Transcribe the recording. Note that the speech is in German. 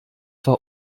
war